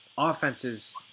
Offense's